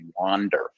wander